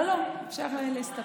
לא, לא, אפשר להסתפק.